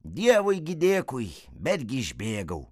dievui dėkui betgi išbėgau